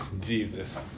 Jesus